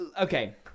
okay